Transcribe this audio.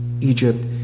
Egypt